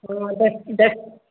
और दस दस